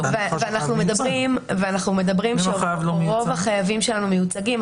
רוב החייבים שלנו מיוצגים.